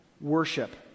worship